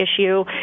issue